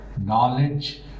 knowledge